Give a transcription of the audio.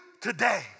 today